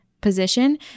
position